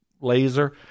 laser